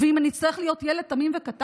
ואם אני אצטרך להיות ילד תמים וקטן,